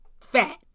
fat